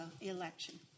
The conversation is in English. election